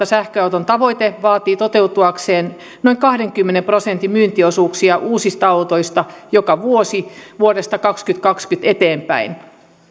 sähköauton tavoite vaatii toteutuakseen noin kahdenkymmenen prosentin myyntiosuuksia uusista autoista joka vuosi vuodesta kaksituhattakaksikymmentä eteenpäin